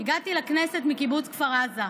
הגעתי לכנסת מקיבוץ כפר עזה,